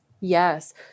Yes